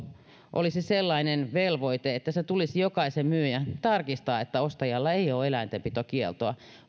olisi sellainen velvoite että jokaisen myyjän tulisi tarkistaa että ostajalla ei ole eläintenpitokieltoa